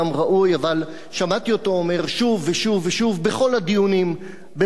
אבל שמעתי אותו אומר שוב ושוב ושוב בכל הדיונים בנושא ביטחון